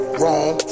wrong